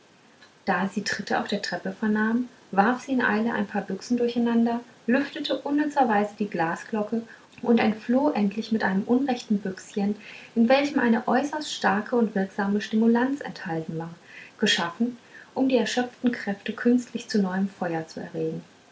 da sie tritte auf der treppe vernahm warf sie in eile ein paar büchsen durcheinander lüftete unnützerweise die glasglocke und entfloh endlich mit einem unrechten büchschen in welchem eine äußerst starke und wirksame stimulanz enthalten war geschaffen um die erschöpften kräfte künstlich zu neuem feuer zu erregen